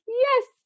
yes